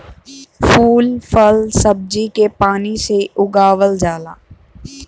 फूल फल सब्जी के पानी से उगावल जाला